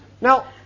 Now